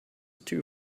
too